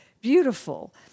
beautiful